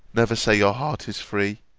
never say your heart is free!